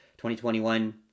2021